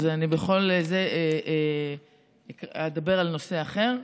אז אני אדבר על נושא אחר,